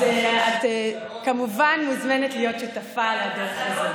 אז את כמובן מוזמנת להיות שותפה לדרך הזאת.